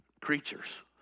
creatures